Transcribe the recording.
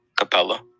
Capella